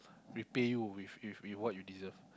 repay you with with with what you deserve